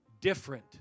different